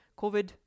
COVID